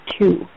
two